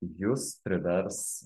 jus privers